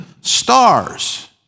stars